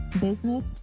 business